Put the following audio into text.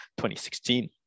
2016